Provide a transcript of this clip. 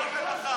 הוא ישב ולחץ.